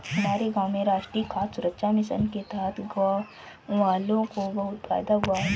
हमारे गांव में राष्ट्रीय खाद्य सुरक्षा मिशन के तहत गांववालों को बहुत फायदा हुआ है